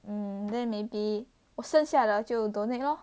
um then maybe 我剩下的就 donate lor